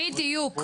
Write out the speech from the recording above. בדיוק.